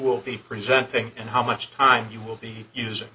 will be presenting and how much time you will be using